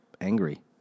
angry